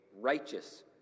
righteous